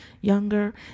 younger